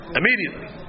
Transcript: immediately